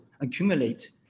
accumulate